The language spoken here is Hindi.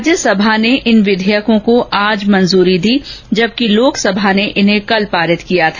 राज्यसभा ने इन विधेयकों को आज मंजूरी दी जबकि लोकसभा ने इन्हें कल पारित किया था